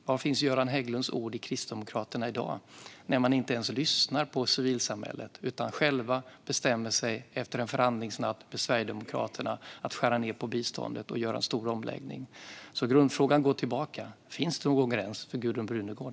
Var finns Görans Hägglunds ord i Kristdemokraterna i dag, när man inte ens lyssnar på civilsamhället utan själva efter en förhandlingsnatt med Sverigedemokraterna bestämmer sig för att skära ned på biståndet och göra en stor omläggning? Grundfrågan går tillbaka. Finns det någon gräns för Gudrun Brunegård?